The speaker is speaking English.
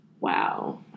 Wow